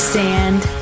sand